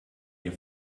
ihr